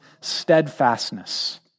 steadfastness